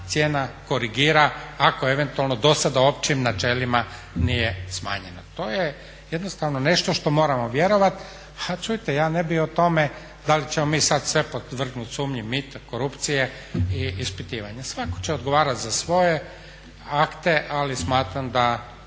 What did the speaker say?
cijena korigira ako eventualno dosada općim načelima nije smanjeno. To je jednostavno nešto što moramo vjerovati. A čujte ja ne bi o tome da li ćemo mi sad sve podvrgnut sumnji mita, korupcije i ispitivanja. Svatko će odgovarati za svoje akte ali smatram da